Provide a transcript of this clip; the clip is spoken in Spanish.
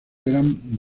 eran